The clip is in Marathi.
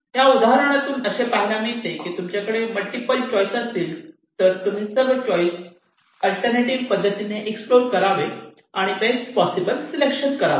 या उदाहरणावरून असे पाहायला मिळते की तुमच्याकडे मल्टिपल चॉइस असतील तर तुम्ही सर्व चॉईस अल्टरनेटिव्ह एक्सप्लोर करावे आणि बेस्ट पॉसिबल सिलेक्शन करावे